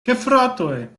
gefratoj